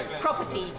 property